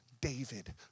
David